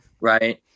right